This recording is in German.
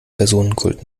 personenkult